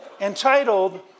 Entitled